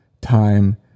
time